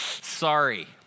sorry